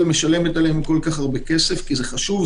משלמת עליהם כל כך הרבה כסף כי זה חשוב,